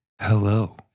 Hello